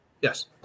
Yes